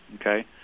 Okay